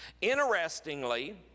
Interestingly